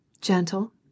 gentle